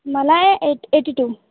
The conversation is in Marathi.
मला एट एटी टू